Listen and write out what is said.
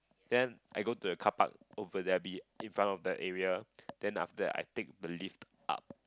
then I go to the carpark over there B infront of the area then after that I take the lift up